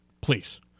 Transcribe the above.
Please